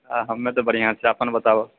आ हमे तऽ बढ़िआँ छी अपन बताबऽ